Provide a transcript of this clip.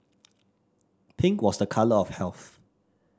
pink was a colour of health